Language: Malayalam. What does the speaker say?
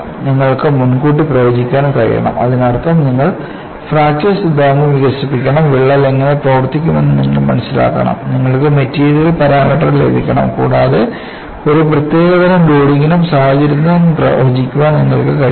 നിങ്ങൾക്ക് മുൻകൂട്ടി പ്രവചിക്കാൻ കഴിയണം അതിനർത്ഥം നിങ്ങൾ ഫ്രാക്ചർ സിദ്ധാന്തം വികസിപ്പിക്കണം വിള്ളൽ എങ്ങനെ പ്രവർത്തിക്കുമെന്ന് നിങ്ങൾ മനസിലാക്കണം നിങ്ങൾക്ക് മെറ്റീരിയൽ പാരാമീറ്റർ ലഭിക്കണം കൂടാതെ ഒരു പ്രത്യേക തരം ലോഡിംഗിനും സാഹചര്യത്തിനും പ്രവചിക്കാൻ നിങ്ങൾക്ക് കഴിയണം